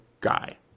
guy